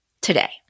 today